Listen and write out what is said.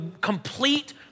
complete